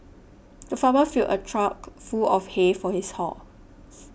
the farmer filled a trough full of hay for his horses